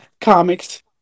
comics